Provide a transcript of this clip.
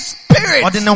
spirit